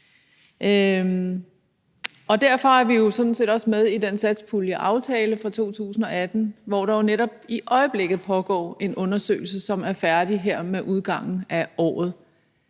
Derfor er vi jo sådan set også med i den satspuljeaftale fra 2018, som har foranlediget, at der netop i øjeblikket pågår en undersøgelse, som er færdig her med udgangen af året.